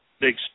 big